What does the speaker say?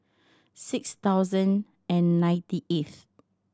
six thousand and ninety eighth